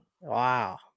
Wow